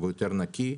ויותר נקי.